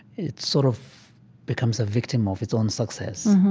it sort of becomes a victim of its own success.